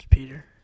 Peter